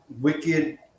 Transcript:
wicked